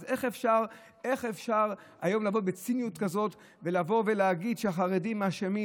אז איך אפשר היום לבוא בציניות כזאת ולהגיד שהחרדים אשמים?